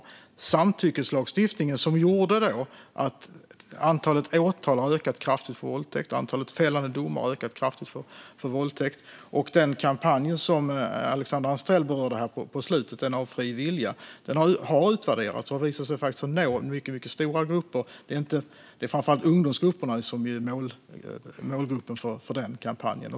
Vi har infört samtyckeslagstiftningen, som gjort att antalet åtal och fällande domar för våldtäkt har ökat kraftigt. Den kampanj om fri vilja som Alexandra Anstrell berörde här på slutet har utvärderats och faktiskt visat sig nå mycket stora grupper. Det är framför allt ungdomsgrupperna som är målgrupp för den kampanjen.